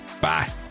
Bye